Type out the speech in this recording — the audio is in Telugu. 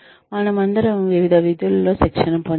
మనమందరం వివిధ విధులలో శిక్షణ పొందాము